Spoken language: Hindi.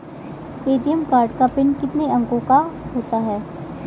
ए.टी.एम कार्ड का पिन कितने अंकों का होता है?